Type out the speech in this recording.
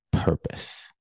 Purpose